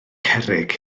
cerrig